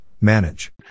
manage